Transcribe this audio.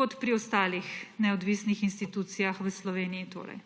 kot pri ostalih neodvisnih institucijah v Sloveniji torej.